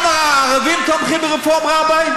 גם הערבים תומכים ברפורם-רביי?